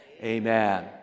amen